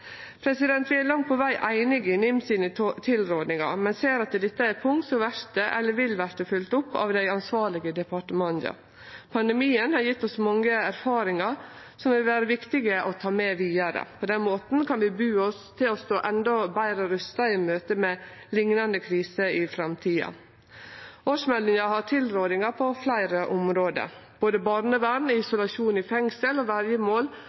Vi er langt på veg einige i NIM sine tilrådingar, men ser at dette er punkt som vert eller vil verte følgde opp av dei ansvarlege departementa. Pandemien har gjeve oss mange erfaringar som vil vere viktige å ta med vidare. På den måten kan vi bu oss til å stå endå betre rusta i møte med liknande kriser i framtida. Årsmeldinga har tilrådingar på fleire område. Både barnevern, isolasjon i fengsel og